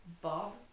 Bob